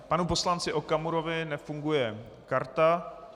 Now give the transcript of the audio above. Panu poslanci Okamurovi nefunguje karta.